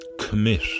commit